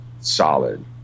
solid